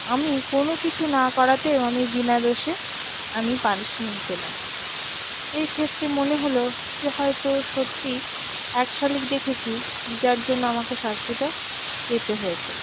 আমি কোনো কিছু না করাতেও আমি বিনা দোষে আমি পানিশমেন্ট পেলাম এই ক্ষেত্রে মনে হলো যে হয়তো সত্যিই এক শালিক দেখেছি যার জন্য আমাকে শাস্তিটা পেতে হয়েছে